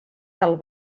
del